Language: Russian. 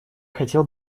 хотел